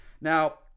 Now